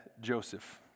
Joseph